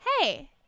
hey